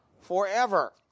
forever